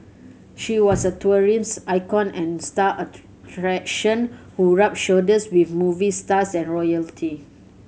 she was a icon and star attraction who rubbed shoulders with movie stars and royalty